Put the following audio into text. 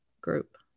group